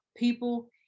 People